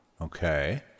Okay